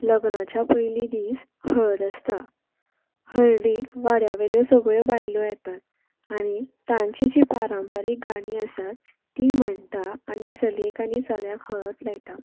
लग्नाच्या पयलीं दीस हळद आसता हळदीक वाड्या वयल्यो सगल्यो बायलो येता आनी तांची जी पारंपारीक गाणी आसा ती म्हणटा आनी चलयेक आनी चल्याक हळद लायतात